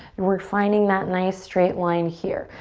and we're finding that nice straight line here.